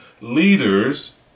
leaders